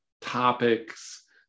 topics